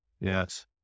yes